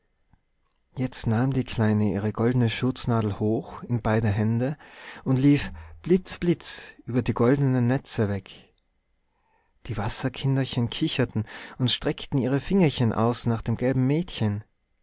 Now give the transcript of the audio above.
jetzt nahm die kleine ihre goldene schürznadel hoch in beide hände und lief blitz blitz über die goldenen netze weg die wasserkinderchen kicherten und streckten ihre fingerchen aus nach dem gelben mädchen